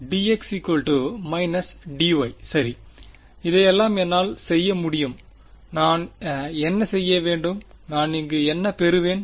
dx dy சரி இதையெல்லாம் என்னால் செய்ய முடியும் நான் என்ன செய்ய வேண்டும் நான் இங்கு என்ன பெறுவேன்